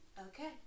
okay